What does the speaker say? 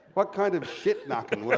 what kind of shit knocking would